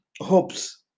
hopes